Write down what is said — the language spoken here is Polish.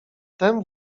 tem